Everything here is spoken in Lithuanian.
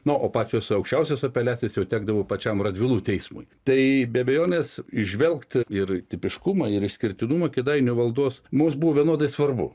na o pačios aukščiausios apeliacijos jau tekdavo pačiam radvilų teismui tai be abejonės įžvelgti ir tipiškumą ir išskirtinumą kėdainių valdos mums buvo vienodai svarbu